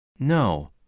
No